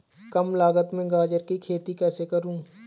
कम लागत में गाजर की खेती कैसे करूँ?